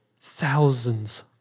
thousands